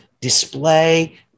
display